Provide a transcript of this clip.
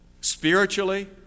spiritually